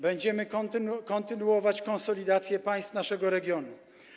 Będziemy kontynuować konsolidację państw naszego regionu.